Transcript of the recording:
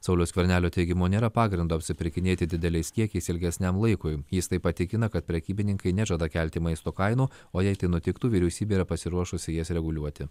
sauliaus skvernelio teigimu nėra pagrindo apsipirkinėti dideliais kiekiais ilgesniam laikui jis taip pat tikina kad prekybininkai nežada kelti maisto kainų o jei tai nutiktų vyriausybė yra pasiruošusi jas reguliuoti